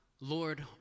Lord